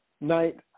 night